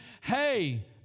hey